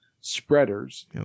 spreaders